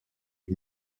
eut